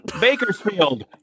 Bakersfield